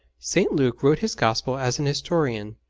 st. luke wrote his gospel as an historian,